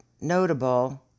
notable